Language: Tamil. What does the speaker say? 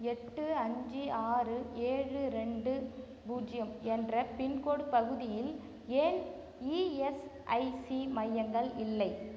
எட்டு அஞ்சு ஆறு ஏழு ரெண்டு பூஜ்ஜியம் என்ற பின்கோடு பகுதியில் ஏன் இஎஸ்ஐசி மையங்கள் இல்லை